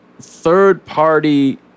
third-party